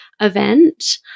event